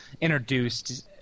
introduced